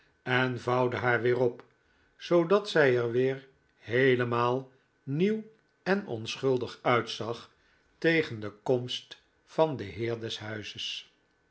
en vouwde haar weer op zoodat zij er weer heelemaal nieuw en onschuldig uitzag tegen de komst van den heer des huizes